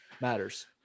matters